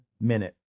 minute